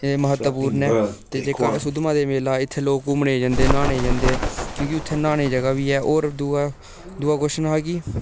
एह् महत्वपूर्ण ऐ ते जेह्का सुद्धमहादेव मेला इत्थै लोक घुम्मने गी जंदे न न्हाने गी जंदे न क्योंकि उत्थै न्हाने दी जगह् बी ऐ ते होर दूआ दूआ क्वश्चन हा कि